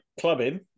clubbing